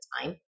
time